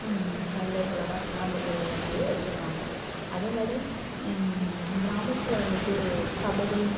தமிழர்களோட பாரம்பரிய விளையாட்டாக வச்சிருக்காங்க அதே மாதிரி கிராமத்தில் வந்துட்டு கபடி